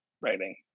writing